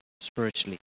spiritually